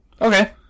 Okay